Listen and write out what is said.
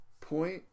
point